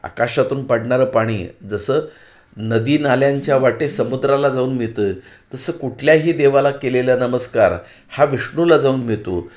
आकाशातून पाडणारं पाणी जसं नदीनाल्यांच्या वाटे समुद्राला जाऊन मिळतं तसं कुठल्याही देवाला केलेला नमस्कार हा विष्णूला जाऊन मिळतो